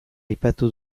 aipatu